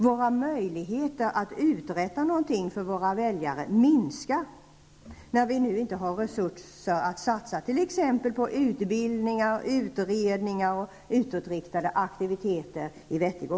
Våra möjligheter att uträtta någonting för våra väljare minskar när vi nu inte har resurser att i vettig omfattning satsa på t.ex. utbildning, utredningar och utåtriktade aktiviteter.